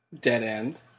dead-end